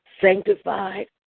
sanctified